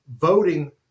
voting